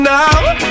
now